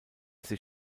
sich